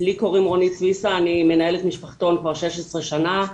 לי קוראים רונית סויסה אני מנהלת משפחתון כבר שש עשרה שנה,